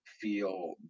feel